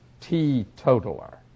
teetotaler